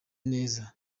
neza